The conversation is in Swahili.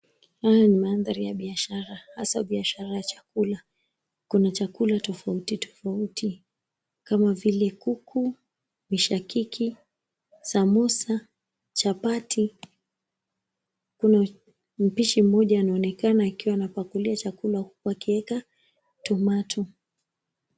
Haya ni mandhari ya biashara, hasa biashara ya chakula. Kuna chakula tofauti tofauti kama vile, kuku, mishakiki, sambusa, chapati. Kuna mpishi mmoja anaonekana akiwa anapakulia chakula huku akiweka tomato .